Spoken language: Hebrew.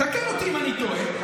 תקן אותי אם אני טועה,